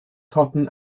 cotton